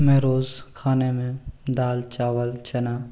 मैं रोज़ खाने में दाल चावल चना